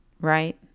right